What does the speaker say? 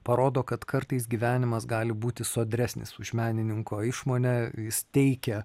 parodo kad kartais gyvenimas gali būti sodresnis už menininko išmonę jis teikia